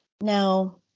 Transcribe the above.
Now